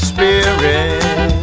Spirit